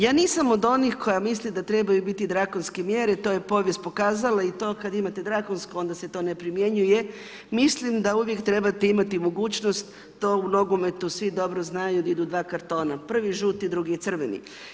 Ja nisam od onih koja misli da trebaju biti drakonske mjere, to je povijest pokazala i to kada imate drakonsku, onda se to ne primjenjuje, mislim da uvijek trebate imati mogućnost, to u nogometu svi dobro znaju da idu dva kartona, prvi žuti, drugi crveni.